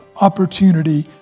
opportunity